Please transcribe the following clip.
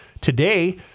Today